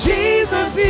Jesus